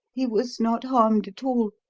he was not harmed at all.